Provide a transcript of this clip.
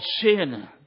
sin